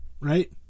right